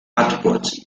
output